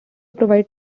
provides